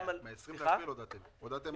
מה-20, הודעתם הבוקר.